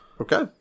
Okay